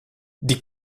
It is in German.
die